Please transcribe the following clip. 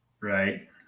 Right